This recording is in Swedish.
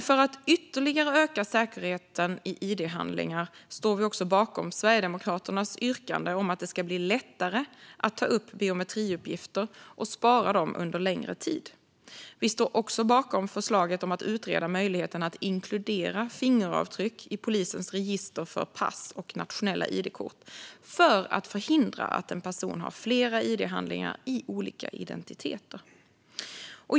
För att ytterligare öka säkerheten i id-handlingar står vi dock även bakom Sverigedemokraternas yrkande om att det ska bli lättare att ta upp biometriuppgifter och spara dem under längre tid. Vi står också bakom förslaget om att utreda möjligheten att inkludera fingeravtryck i polisens register för pass och nationella id-kort, för att förhindra att en person har flera id-handlingar i olika identiteter.